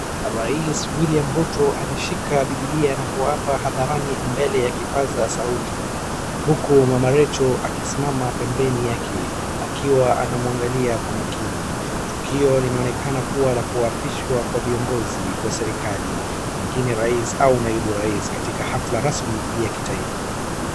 Rais William Ruto ameshika Bibilia na kuapa hadharani mbele ya kipaza sauti, huku mama Rachael akisimama pembeni yake, akiwa anamwangalia kwa makini. Tukio linaonekana kuwa la kuapishwa kwa viongozi wa serikali, pengine rais au naibu rais, katika hafla rasmi ya kitaifa.